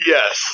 Yes